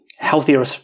Healthier